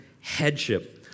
headship